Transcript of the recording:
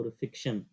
fiction